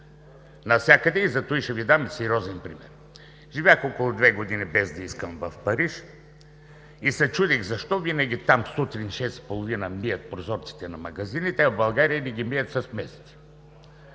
навсякъде и затова ще Ви дам сериозен пример. Живях около две години, без да искам, в Париж и се чудех защо винаги там сутрин в 6,30 часа мият прозорците на магазините, а в България не ги мият с месеци.